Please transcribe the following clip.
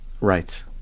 right